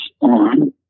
on